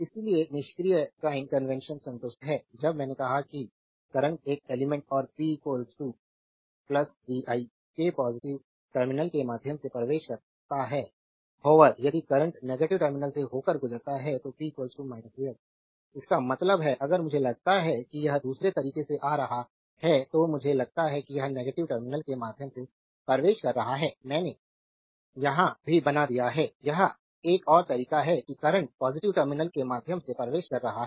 इसलिए निष्क्रिय sign convention संतुष्ट है जब मैंने कहा था कि करंट एक एलिमेंट्स और पी vi के पॉजिटिव टर्मिनल के माध्यम से प्रवेश करता है होवर यदि करंट नेगेटिव टर्मिनल से होकर गुजरता है तो p vi इसका मतलब है अगर मुझे लगता है कि यह दूसरे तरीके से आ रहा है तो मुझे लगता है कि यह नेगेटिव टर्मिनल के माध्यम से प्रवेश कर रहा है मैंने यहां भी बना दिया है यह एक और तरीका है कि करंट पॉजिटिव टर्मिनल के माध्यम से प्रवेश कर रहा है